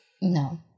no